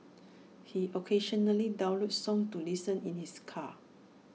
he occasionally downloads songs to listen in his car